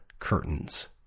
curtains